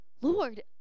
Lord